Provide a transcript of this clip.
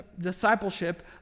discipleship